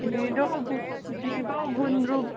ढिँडो गु ढिँडो गुन्द्रुक